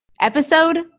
episode